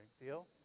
Deal